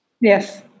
Yes